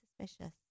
suspicious